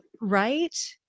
right